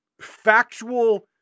factual